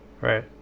Right